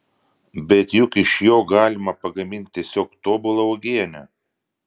bet juk iš jo galima pagaminti tiesiog tobulą uogienę